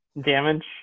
damage